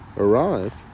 Arrive